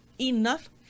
Enough